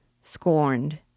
scorned